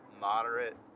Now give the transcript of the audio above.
moderate